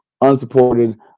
unsupported